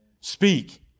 Speak